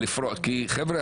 כי חבר'ה,